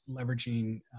leveraging